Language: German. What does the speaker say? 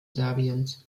serbiens